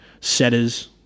Setters